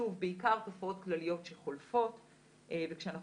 שוב בעיקר תופעות כלליות שחולפות וכשאנחנו